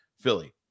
Philly